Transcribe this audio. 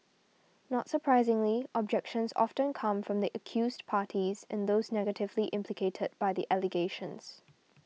not surprisingly objections often come from the accused parties and those negatively implicated by the allegations